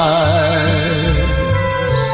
eyes